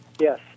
Yes